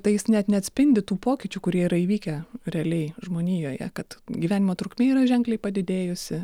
tai jis net neatspindi tų pokyčių kurie yra įvykę realiai žmonijoje kad gyvenimo trukmė yra ženkliai padidėjusi